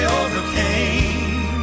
overcame